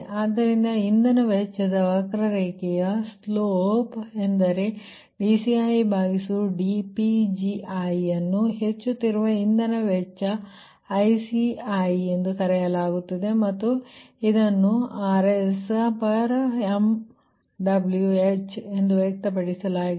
ಆದ್ದರಿಂದ ಇಂಧನ ವೆಚ್ಚದ ವಕ್ರರೇಖೆಯ ಸ್ಲೋಪ್ ಎಂದರೆ dCidPgiಅನ್ನು ಹೆಚ್ಚುತ್ತಿರುವ ಇಂಧನ ವೆಚ್ಚ ICi ಎಂದು ಕರೆಯಲಾಗುತ್ತದೆ ಮತ್ತು ಇದನ್ನು RsMWh ಎಂದು ವ್ಯಕ್ತಪಡಿಸಲಾಗುತ್ತದೆ